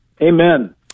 amen